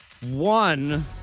One